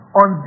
on